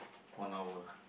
one hour